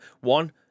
one